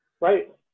Right